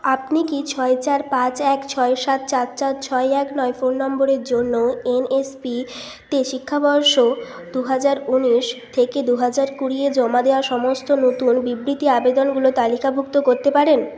আপনি কি ছয় চার পাঁচ এক ছয় সাত চার চার ছয় এক নয় ফোন নম্বরের জন্য এনএসপি তে শিক্ষাবর্ষ দু হাজার ঊনিশ থেকে দু হাজার কুড়ি এ জমা দেওয়া সমস্ত নতুন বিবৃতি আবেদনগুলো তালিকাভুক্ত করতে পারেন